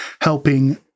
helping